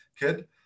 kid